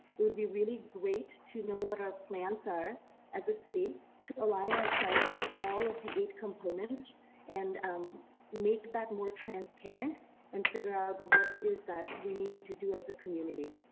it would be really great to know what our plans are as a city to align ourselves to all of the eight components and um make that more transparent and figure out what it is that we need to do as a community.